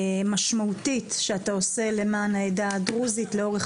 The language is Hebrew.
והמשמעותית שאתה עושה למען העדה הדרוזית לאורך